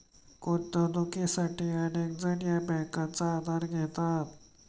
गुंतवणुकीसाठी अनेक जण या बँकांचा आधार घेतात